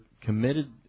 committed